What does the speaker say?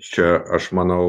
čia aš manau